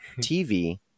TV